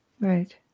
right